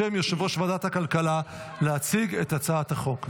בשם יושב-ראש ועדת הכלכלה, להציג את הצעת החוק.